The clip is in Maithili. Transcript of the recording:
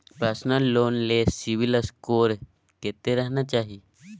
पर्सनल लोन ले सिबिल स्कोर कत्ते रहना चाही?